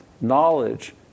knowledge